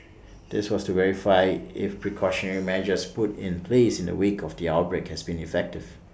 this was to verify if precautionary measures put in place in the wake of the outbreak has been effective